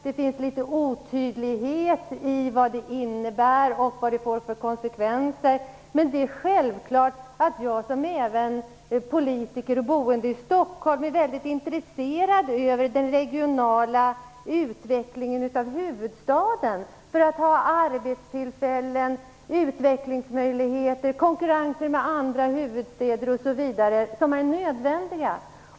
Det är litet otydligt vad det innebär och vad det får för konsekvenser. Men det är självklart att jag som politiker och boende i Stockholm är mycket intresserad av den regionala utvecklingen av huvudstaden. Det måste finnas arbetstillfällen, utvecklingsmöjligheter, möjlighet till konkurrens med andra huvudstäder osv. Det är nödvändigt.